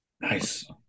Nice